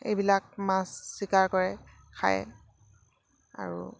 এইবিলাক মাছ চিকাৰ কৰে খায় আৰু